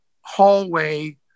hallway